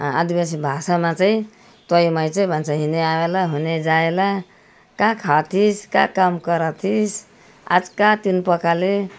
आदिवासी भाषामा चैँ तोइ मोइ चाहिँ भन्छ हिने आवेला हुने जाएला का खा थिस् का काम कर थिस् आज का तिन पकाले